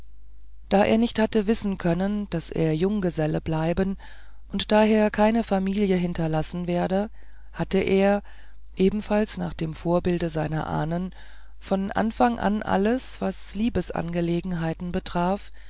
da er nicht hatte wissen können daß er junggeselle bleiben und daher keine familie hinterlassen werde hatte er ebenfalls nach dem vorbilde seiner ahnen von anfang an alles was liebesangelegenheiten betraf